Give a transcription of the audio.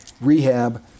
rehab